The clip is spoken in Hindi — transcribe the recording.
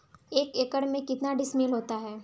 एक एकड़ में कितने डिसमिल होता है?